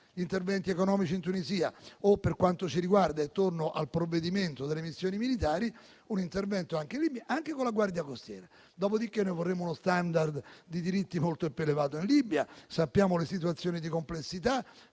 interventi economici in Tunisia o, per quanto ci riguarda - torno così al provvedimento sulle missioni militari - un intervento in Libia anche con la Guardia costiera. Dopodiché, vorremmo uno *standard* di diritti molto più elevato in Libia, conosciamo la complessità